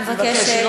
אני מבקשת,